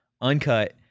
uncut